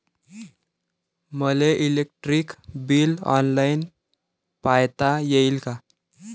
मले electric bill online पायता येईन का?